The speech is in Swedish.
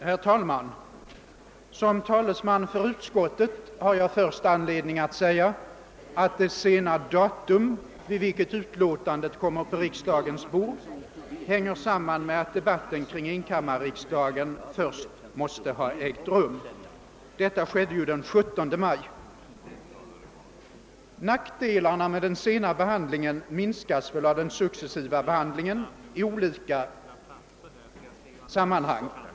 Herr talman! Som talesman för utskottet har jag först anledning att säga, att det sena datum vid vilket förevarande utlåtanden kommer på riksdagens bord hänger samman med att debatten kring enkammarriksdagen först måste ha ägt rum. Denna debatt fördes ju den 17 maj. Nackdelen med den sena behandlingen i kamrarna minskas väl av den successiva behandlingen i olika sammanhang.